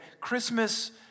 Christmas